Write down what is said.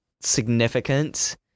significant